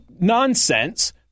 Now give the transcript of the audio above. nonsense